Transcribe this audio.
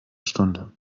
stunde